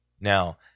Now